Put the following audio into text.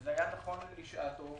שזה היה נכון לשעתו,